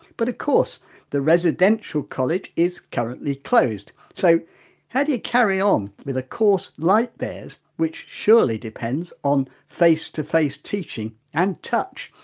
but of course the residential college is currently closed. so how do you carry on um with a course like theirs, which surely depends on face to face teaching and touch?